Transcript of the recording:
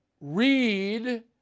read